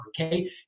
Okay